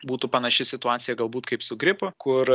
būtų panaši situacija galbūt kaip su gripu kur